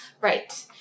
Right